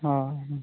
ᱚᱻ